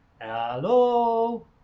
Hello